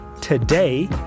today